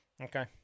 Okay